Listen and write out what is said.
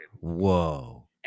Whoa